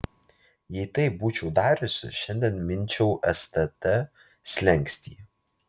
jei taip būčiau dariusi šiandien minčiau stt slenkstį